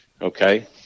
Okay